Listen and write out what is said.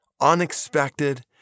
Unexpected